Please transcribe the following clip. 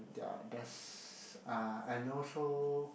their there's uh and also